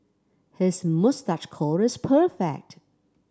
his moustache curl is perfect